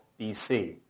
BC